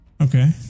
Okay